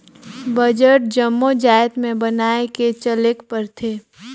budget जम्मो जाएत में बनाए के चलेक परथे